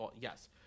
yes